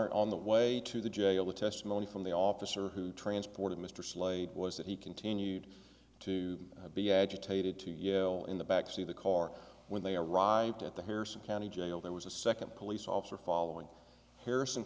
honor on the way to the jail the testimony from the officer who transported mr slade was that he continued to be agitated to yell in the back to see the car when they arrived at the harrison county jail there was a second police officer following harrison